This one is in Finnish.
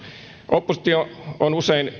oppositio erityisesti vihreät on usein